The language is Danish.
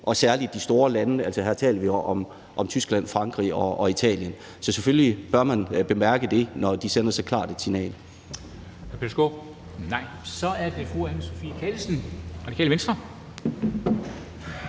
og især de store lande, og her taler vi om Tyskland, Frankrig og Italien. Så man bør selvfølgelig bemærke det, når de sender så klart et signal.